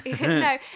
no